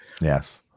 Yes